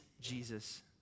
Jesus